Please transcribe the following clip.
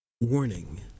Warning